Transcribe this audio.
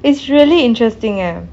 it's really interesting eh